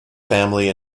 family